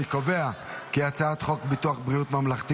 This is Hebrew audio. אני קובע כי הצעת חוק ביטוח בריאות ממלכתי